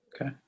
Okay